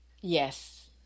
Yes